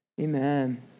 Amen